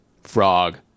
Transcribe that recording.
Frog